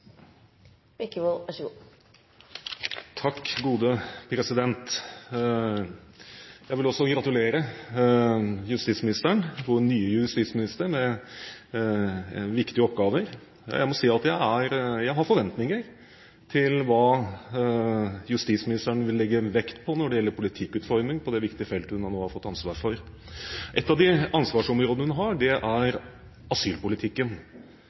tre ganger så høyt som det var i Bondevik II-regjeringens tid. Jeg vil også gratulere vår nye justisminister med viktige oppgaver. Jeg må si at jeg har forventninger til hva justisministeren vil legge vekt på når det gjelder politikkutforming på det viktige feltet hun nå har fått ansvar for. Et av de ansvarsområdene hun har, er asylpolitikken.